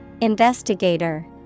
Investigator